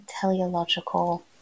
teleological